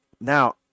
now